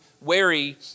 wary